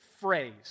phrase